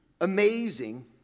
amazing